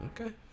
Okay